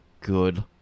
Good